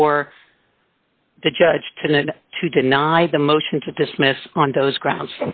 for the judge today to deny the motion to dismiss on those grounds